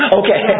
okay